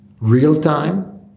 real-time